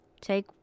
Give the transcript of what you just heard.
take